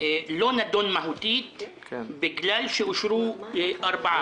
לא נדון מהותית בגלל שאושרו ארבעה.